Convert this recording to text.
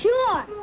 Sure